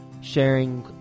sharing